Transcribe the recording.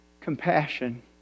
compassion